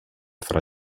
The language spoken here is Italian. fra